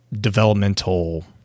developmental